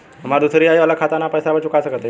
हमारी दूसरी आई वाला खाता ना बा पैसा चुका सकत हई?